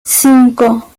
cinco